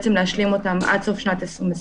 להשלים אותן עד סוף שנת 2021,